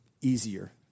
easier